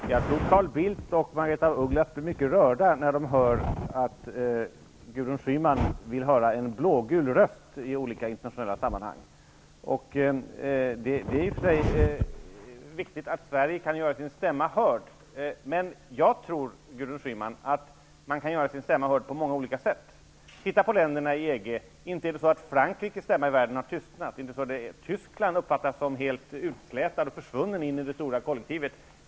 Herr talman! Jag tror att Carl Bildt och Margaretha af Ugglas blir mycket rörda när Gudrun Schyman säger att hon i olika internationella sammanhang vill höra en blågul röst. Det är i och för sig viktigt att Sverige kan göra sin stämma hörd. Men jag tror, Gudrun Schyman, att man kan göra sin stämma hörd på många olika sätt. Titta på länderna i EG! Inte har ju Frankrikes stämma i världen tystnat. Inte uppfattas Tyskland som helt utslätat och försvunnet i det stora kollektivet.